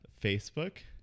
facebook